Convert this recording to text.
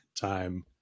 time